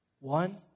One